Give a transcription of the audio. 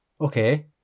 Okay